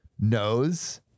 knows